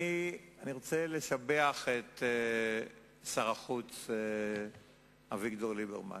אני רוצה לשבח את שר החוץ אביגדור ליברמן.